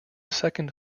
second